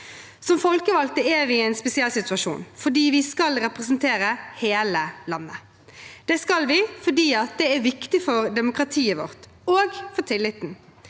Som folkevalgte er vi i en spesiell situasjon fordi vi skal representere hele landet. Det skal vi fordi det er viktig for demokratiet vårt og for tilliten.